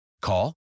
Call